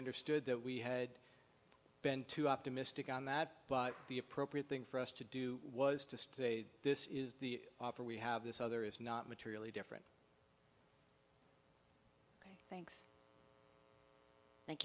understood that we had been too optimistic on that but the appropriate thing for us to do was to say this is the opera we have this other is not materially different thank